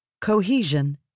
Cohesion